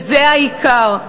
וזה העיקר.